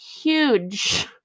huge